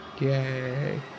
Yay